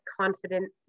confident